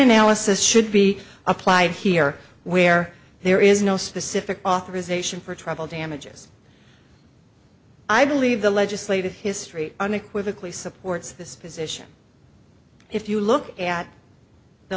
analysis should be applied here where there is no specific authorization for travel damages i believe the legislative history unequivocally supports this position if you look at the